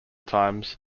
times